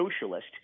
socialist